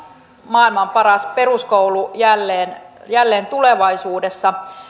maailman paras peruskoulu jälleen jälleen tulevaisuudessa